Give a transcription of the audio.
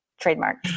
Trademark